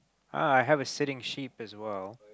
ah I have a sitting sheep as well